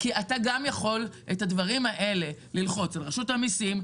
כי גם אתה יכול ללחוץ על הדברים האלה על רשות המיסים,